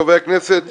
חברי הכנסת,